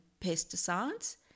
pesticides